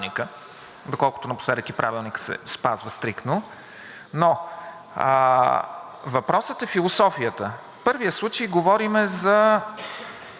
доколкото напоследък и Правилникът се спазва стриктно. Въпросът е философията. В първия случай говорим за